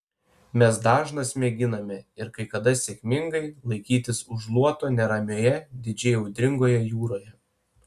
mes dažnas mėginame ir kai kada sėkmingai laikytis už luoto neramioje didžiai audringoje jūroje